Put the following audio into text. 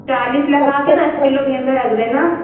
चालिस लगा के दस किलो गेंदा रख देना